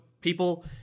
people